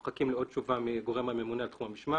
אנחנו מחכים לעוד תשובה מהגורם הממונה על תחום המשמעת.